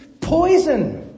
poison